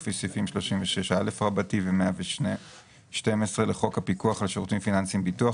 ולפי סעיפים 36א רבתי ו-112 לחוק הפיקוח על שירותים פיננסיים (ביטוח),